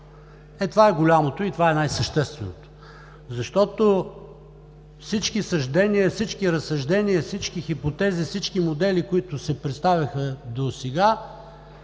Ето това е голямото и това е най-същественото. Защото всички съждения, всички разсъждения, всички хипотези, всички модели, които се представяха досега,